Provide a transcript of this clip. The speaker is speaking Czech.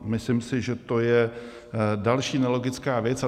Myslím si, že to je další nelogická věc.